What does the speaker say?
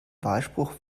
wahlspruch